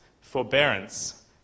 forbearance